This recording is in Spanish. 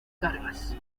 cargas